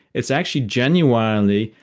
it's actually genuinely,